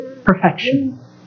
perfection